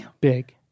big